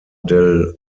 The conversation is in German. del